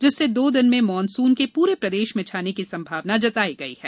जिससे दो दिन में मॉनसून के पूरे प्रदेश में छाने की संभावना जताई गई है